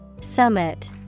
Summit